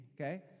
okay